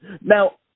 now